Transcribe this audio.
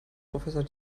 professor